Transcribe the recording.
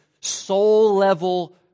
soul-level